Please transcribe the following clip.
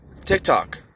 TikTok